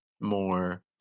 more